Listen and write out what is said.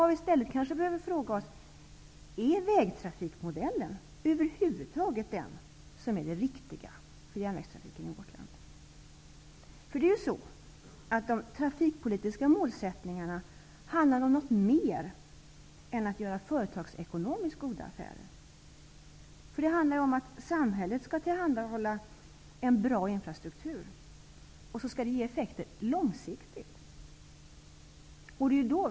Vad vi i stället kanske behöver fråga oss är om vägtrafikmodellen över huvud taget är den riktiga för järnvägstrafiken i vårt land. De trafikpolitiska målen handlar ju om något mer än företagsekonomiskt goda affärer. Det handlar om att samhället skall tillhandahålla en bra infrastruktur, och det skall ge effekter långsiktigt.